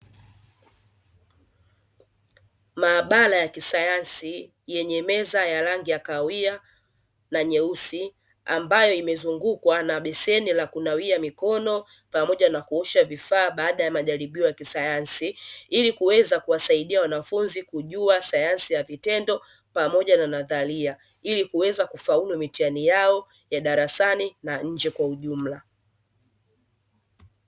Maabara ya kisayansi yenye meza ya rangi ya kahawia na nyeusi ambayo imezungukwa na beseni la kunawia mikono, pamoja na kuosha vifaa baada ya majaribio ya kisayansi, ili kuweza kuwasaidia wanafunzi kujua sayansi ya vitendo pamoja na nadharia; ili kuweza kufaulu mitihani yao ya darasani na nje kwa ujumla.